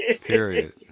Period